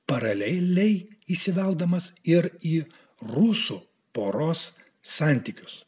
paraleliai įsiveldamas ir į rusų poros santykius